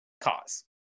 cause